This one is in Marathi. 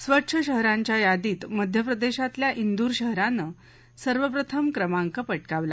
स्वच्छ शहरांच्या यादीत मध्यप्रदेशातल्या इंदूर शहरानं सर्वप्रथम क्रमांक पटकावला